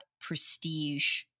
prestige